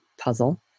puzzle